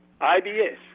IBS